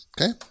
Okay